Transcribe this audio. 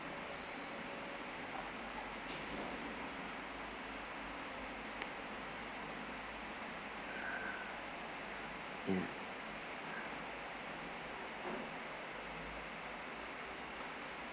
mm